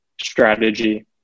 strategy